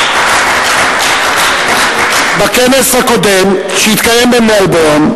(מחיאות כפיים) בכנס הקודם, שהתקיים במלבורן,